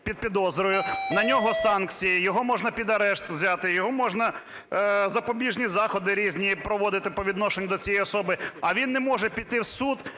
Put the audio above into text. під підозрою, на нього санкції, його можна під арешт взяти, його можна… запобіжні заходи різні проводити по відношенню до цієї особи, а він не може піти в суд